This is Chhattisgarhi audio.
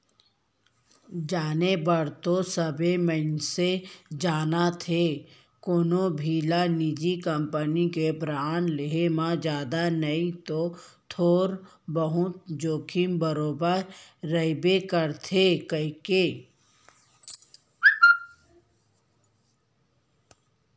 जाने बर तो सबे मनसे जानथें के कोनो भी निजी कंपनी के बांड लेहे म जादा नई तौ थोर बहुत तो जोखिम बरोबर रइबे करथे कइके